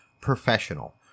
professional